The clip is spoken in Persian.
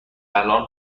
الان